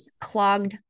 clogged